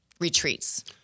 retreats